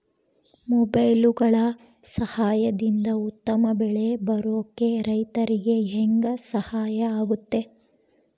ಮೊಬೈಲುಗಳ ಸಹಾಯದಿಂದ ಉತ್ತಮ ಬೆಳೆ ಬರೋಕೆ ರೈತರಿಗೆ ಹೆಂಗೆ ಸಹಾಯ ಆಗುತ್ತೆ?